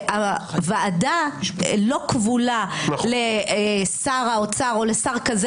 הוועדה לא כבולה לשר האוצר או לשר כזה